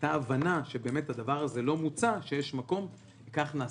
הייתה הבנה שהדבר הזה לא מוצה וכך נעשה.